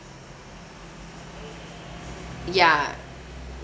ya